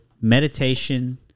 meditation